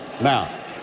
Now